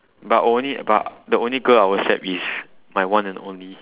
but only but the only girl I will accept is my one and only